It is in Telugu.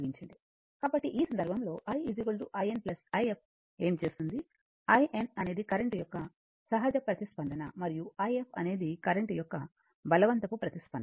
కాబట్టి ఈ సందర్భంలోi in if ఏమి చేస్తుంది in అనేది కరెంటు యొక్క సహజ ప్రతిస్పందన మరియు if అనేది కరెంట్ యొక్క బలవంతపు ప్రతిస్పందన